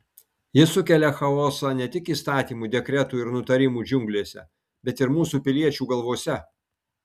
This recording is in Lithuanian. jis sukelia chaosą ne tik įstatymų dekretų ir nutarimų džiunglėse bet ir mūsų piliečių galvose